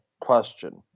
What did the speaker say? question